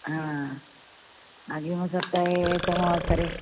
हा अग्रिमसप्ताहे सोमवासरे